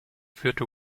führte